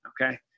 okay